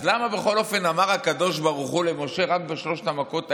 אז למה בכל אופן אמר הקדוש ברוך הוא למשה רק בשלוש המכות האלה: